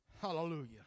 Hallelujah